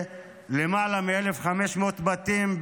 למעלה מ-1,500 בתים,